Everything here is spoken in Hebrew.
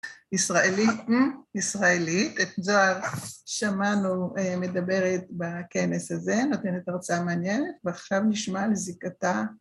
ישראלית, את זוהר שמענו מדברת בכנס הזה, נותנת הרצאה מעניינת ועכשיו נשמע לזיקתה